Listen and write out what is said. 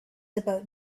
about